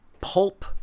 pulp